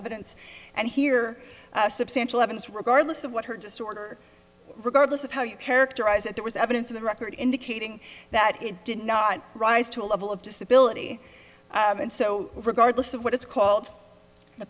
evidence and here substantial evidence regardless of what her disorder regardless of how you characterize it there was evidence of the record indicating that it did not rise to a level of disability and so regardless of what it's called